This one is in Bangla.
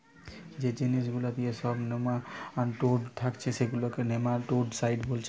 যে জিনিস গুলা দিয়ে সব নেমাটোড মারছে সেগুলাকে নেমাটোডসাইড বোলছে